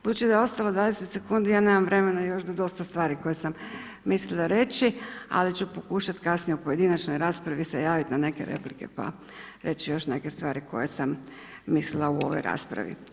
Budući da je ostalo 20 sekundi, ja nemam vremena još do dosta stvari koje sam mislila reći ali ću pokušati kasnije u pojedinačnoj raspravi se javiti na neke replike, pa reći još neke stvari koje sam mislila u ovoj raspravi.